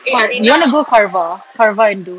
what you want to go karva karva and do